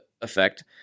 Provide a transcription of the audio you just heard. effect